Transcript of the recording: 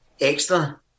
extra